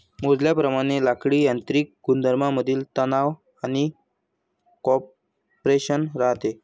मोजल्याप्रमाणे लाकडीत यांत्रिक गुणधर्मांमधील तणाव आणि कॉम्प्रेशन राहते